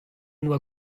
doa